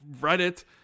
reddit